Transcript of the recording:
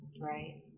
Right